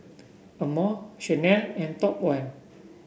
Amore Chanel and Top One